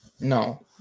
No